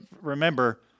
remember